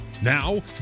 Now